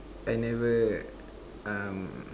I never um